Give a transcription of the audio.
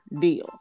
deal